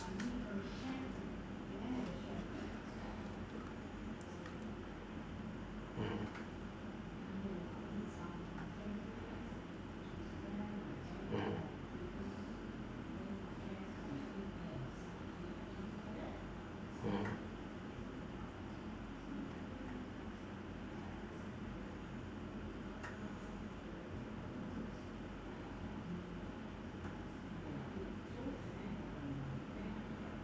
mm mmhmm mmhmm